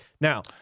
now